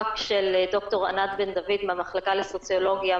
של דוקטור ענת בן-דוד מהמחלקה לסוציולוגיה,